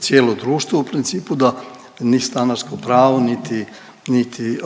cijelo društvu u principu da ni stanarsko pravo niti